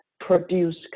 produce